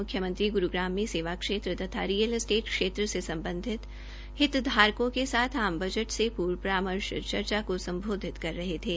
मुख्यमंत्री गुरूग्राम में सेवा क्षेत्र तथा रियल एस्टेट क्षेत्र से सम्बधित हितधारकों के साथ आम बजट से पूर्व परामर्श चर्चा को सम्बोधित कर रहे थे